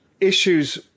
issues